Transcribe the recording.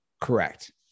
Correct